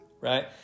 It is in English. right